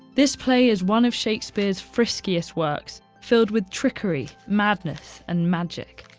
this play is one of shakespeare's friskiest works, filled with trickery, madness and magic.